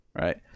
right